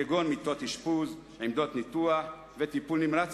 כגון מיטות אשפוז ועמדות ניתוח וטיפול נמרץ,